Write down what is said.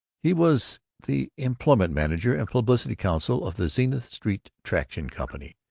he was the employment-manager and publicity-counsel of the zenith street traction company.